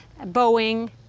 Boeing